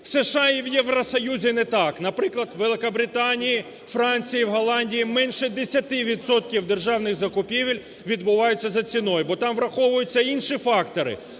В США і в Євросоюзі не так. Наприклад, у Великобританії, у Франції, в Голландії, менше 10 відсотків державних закупівель відбувається за ціною, бо там враховуються інші фактори,